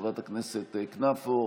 חברת הכנסת כנפו,